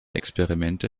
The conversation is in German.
experimente